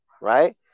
right